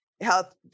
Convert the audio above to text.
health